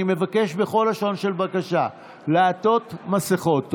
אני מבקש בכל לשון של בקשה לעטות מסכות.